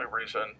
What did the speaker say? reason